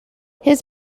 his